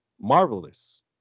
marvelous